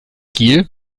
kiel